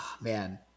Man